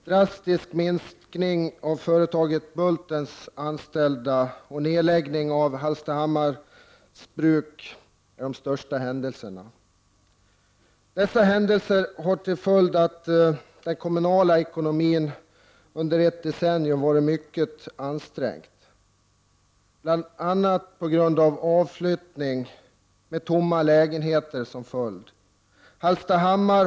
Drastisk minskning av företaget Bultens anställda och nedläggning av Hallstahammars bruk är de största händelserna. Dessa händelser fick till följd att den kommunala ekonomin under mer än ett decennium varit mycket ansträngd, bl.a. har avflyttning gjort att lägenheter står tomma.